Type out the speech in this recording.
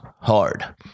hard